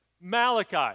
Malachi